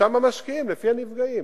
שם משקיעים, לפי הנפגעים.